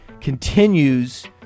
continues